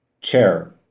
chair